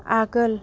आगोल